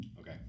okay